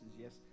yes